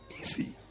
Easy